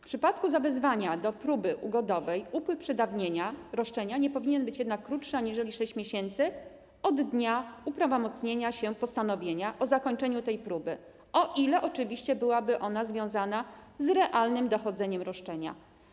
W przypadku zawezwania do próby ugodowej upływ przedawnienia roszczenia nie powinien być jednak krótszy aniżeli 6 miesięcy od dnia uprawomocnienia się postanowienia o zakończeniu tej próby, o ile oczywiście byłaby ona związana z realnym dochodzeniem roszczenia.